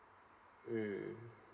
mm